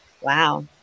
wow